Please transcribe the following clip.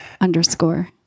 underscore